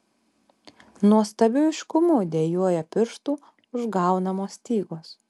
nuostabiu aiškumu dejuoja pirštų užgaunamos stygos